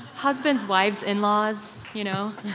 husbands, wives, in-laws, you know